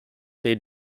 they